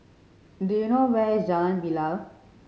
do you know where is Jalan Bilal